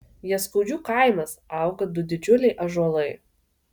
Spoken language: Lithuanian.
jaskaudžių kaimas auga du didžiuliai ąžuolai